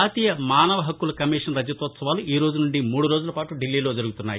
జాతీయ మానవ హక్కుల కమిషన్ రజతోత్సవాలు ఈ రోజు నుండి మూడు రోజులపాటు ధిల్లీలో జరుగుతున్నాయి